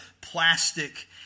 plastic